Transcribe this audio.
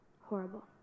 horrible